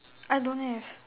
I don't have